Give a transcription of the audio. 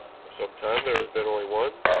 for some time there has been only one,